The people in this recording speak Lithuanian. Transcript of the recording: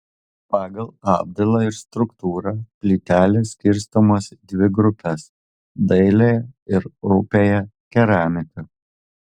pagal apdailą ir struktūrą plytelės skirstomos į dvi grupes dailiąją ir rupiąją keramiką